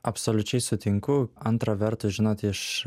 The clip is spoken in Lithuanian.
absoliučiai sutinku antra vertus žinot iš